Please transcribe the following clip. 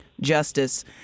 justice